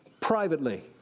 privately